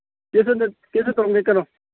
case case ꯑꯣꯏ ꯇꯧꯔꯝꯒꯦ ꯀꯩꯅꯣ